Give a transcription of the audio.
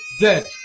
dead